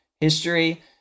history